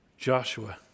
Joshua